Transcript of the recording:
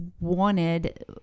wanted